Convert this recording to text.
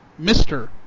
Mr